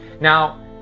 Now